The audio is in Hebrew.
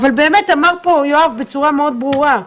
אמר פה יואב בצורה מאוד ברורה,